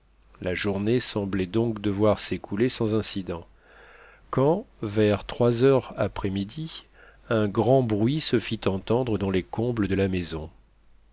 la journée semblait donc devoir s'écouler sans incident quand vers trois heures après midi un grand bruit se fit entendre dans les combles de la maison